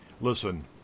Listen